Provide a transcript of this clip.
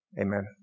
Amen